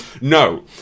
No